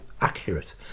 accurate